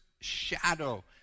shadow